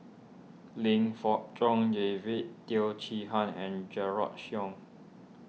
Lim Fong John David Teo Chee Hean and Yong